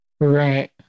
right